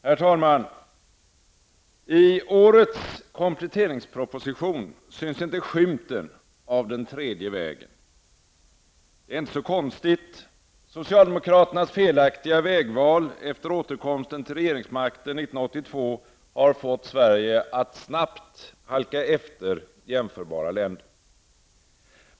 Herr talman! I årets kompletteringsproposition syns inte skymten av den tredje vägen. Det är inte så konstigt. Socialdemokraternas felaktiga vägval efter återkomsten till regeringsmakten 1982 har fått Sverige att snabbt halka efter jämförbara länder.